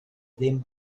ddim